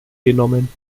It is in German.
genommen